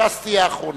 ש"ס תהיה האחרונה,